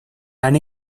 han